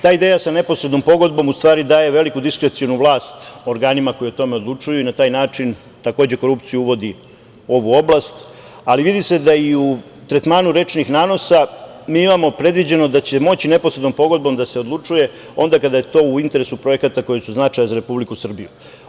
Ta ideja sa neposrednom pogodbom, u stvari, daje veliku diskrecionu vlast organima koji o tome odlučuju i na taj način, takođe, korupciju uvodi u ovu oblast, a vidi se da i u tretmanu rečnih nanosa mi imamo predviđeno da će moći neposrednom pogodbom da se odlučuje onda kada je to u interesu projekata koji su od značaja za Republiku Srbiju.